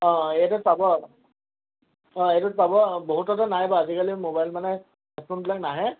অঁ এইটোত পাব অঁ এইটো পাব বহুততে নাই বাৰু আজিকালি মোবাইল মানে হেডফোনবিলাক নাহে